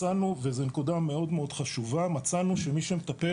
מצאנו וזה מאוד מאוד חשוב מצאנו שמי שמטפל